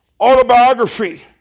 autobiography